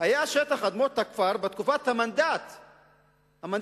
היה שטח אדמות הכפר בתקופת המנדט הבריטי,